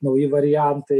nauji variantai